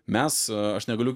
mes aš negaliu